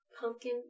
pumpkin